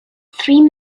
three